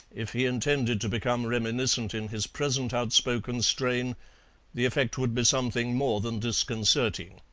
if he intended to become reminiscent in his present outspoken strain the effect would be something more than disconcerting.